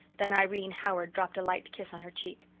then irene howard dropped a light kiss on her cheek.